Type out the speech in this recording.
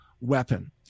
weapon